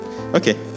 okay